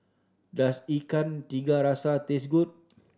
does Ikan Tiga Rasa taste good